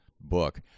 book